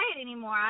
anymore